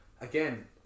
again